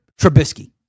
Trubisky